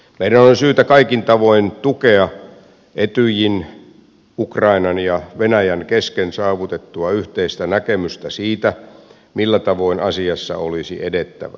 meidän on syytä kaikin tavoin tukea etyjin ukrainan ja venäjän kesken saavutettua yhteistä näkemystä siitä millä tavoin asiassa olisi edettävä